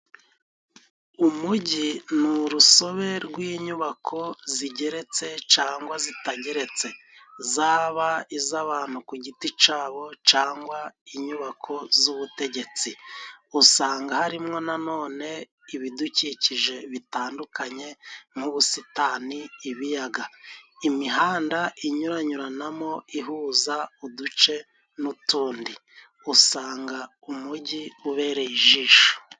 Umugi ni urusobe rw'inyubako zigeretse cangwa zitageretse. Zaba iz'abantu ku giti cabo cangwa inyubako z'ubutegetsi. Usanga harimwo na nonene ibidukikije bitandukanye nk'ubusitani, ibiyaga, imihanda inyuranyuranamo, ihuza uduce n'utundi usanga umujyi ubereye ijisho.